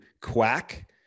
quack